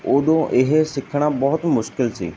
ਉਦੋਂ ਇਹ ਸਿੱਖਣਾ ਬਹੁਤ ਮੁਸ਼ਕਿਲ ਸੀ